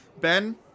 ben